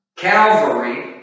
Calvary